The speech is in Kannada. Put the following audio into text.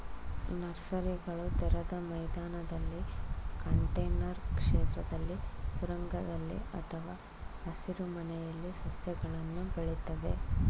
ನರ್ಸರಿಗಳು ತೆರೆದ ಮೈದಾನದಲ್ಲಿ ಕಂಟೇನರ್ ಕ್ಷೇತ್ರದಲ್ಲಿ ಸುರಂಗದಲ್ಲಿ ಅಥವಾ ಹಸಿರುಮನೆಯಲ್ಲಿ ಸಸ್ಯಗಳನ್ನು ಬೆಳಿತವೆ